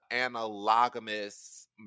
analogous